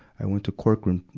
i went to corcoran, ah,